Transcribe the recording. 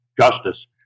justice